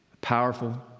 powerful